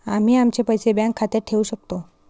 आम्ही आमचे पैसे बँक खात्यात ठेवू शकतो